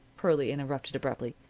pearlie interrupted, abruptly,